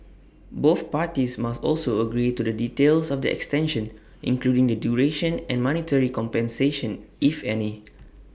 both parties must also agree to the details of the extension including the duration and monetary compensation if any